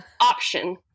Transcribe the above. option